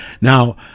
now